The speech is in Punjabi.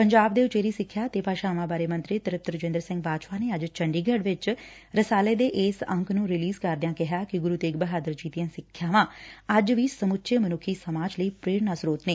ਪੰਜਾਬ ਦੇ ਉਚੇਰੀ ਸਿੱਖਿਆ ਤੇ ਭਾਸ਼ਾਵਾ ਬਾਰੇ ਮੰਤਰੀ ਤ੍ਰਿਪਤ ਰਜਿੰਦਰ ਸਿੰਘ ਬਾਜਵਾ ਨੇ ਅੱਜ ਚੰਡੀਗੜ੍ਹ ਵਿਚ ਰਸਾਲੇ ਦੇ ਇਸ ਅੰਕ ਨੂੰ ਰਿਲੀਜ਼ ਕਰਦਿਆਂ ਕਿਹਾ ਕਿ ਗੁਰੂ ਤੇਗ ਬਹਾਦਰ ਜੀ ਦੀਆਂ ਸਿੱਖਿਆਵਾਂ ਅੱਜ ਵੀ ਸਮੁੱਚੇ ਮਨੁੱਖੀ ਸਮਾਜ ਲਈ ਪ੍ਰੇਰਣਾ ਸਰੋਤ ਨੇ